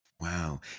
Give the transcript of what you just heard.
Wow